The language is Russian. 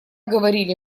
говорили